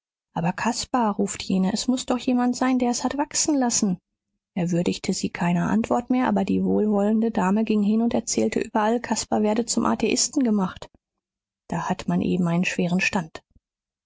aber caspar ruft jene es muß doch jemand sein der es hat wachsen lassen er würdigte sie keiner antwort mehr aber die wohlwollende dame ging hin und erzählte überall caspar werde zum atheisten gemacht da hat man eben einen schweren stand